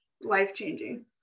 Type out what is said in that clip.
life-changing